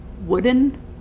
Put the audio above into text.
wooden